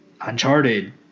Uncharted